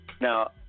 Now